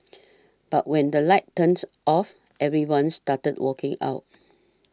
but when the lights turns off everyone started walking out